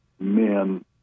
men